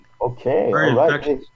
Okay